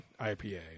IPA